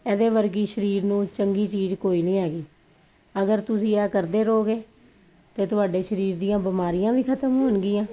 ਇਹਦੇ ਵਰਗੀ ਸਰੀਰ ਨੂੰ ਚੰਗੀ ਚੀਜ਼ ਕੋਈ ਨਹੀਂ ਹੈਗੀ ਅਗਰ ਤੁਸੀਂ ਇਹ ਕਰਦੇ ਰਹੋਗੇ ਤੇ ਤੁਹਾਡੇ ਸਰੀਰ ਦੀਆਂ ਬਿਮਾਰੀਆਂ ਵੀ ਖਤਮ ਹੋਣਗੀਆਂ